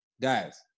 guys